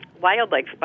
wildlife